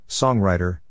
songwriter